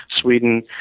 Sweden